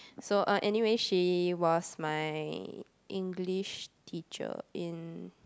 so uh anyway she was my English teacher in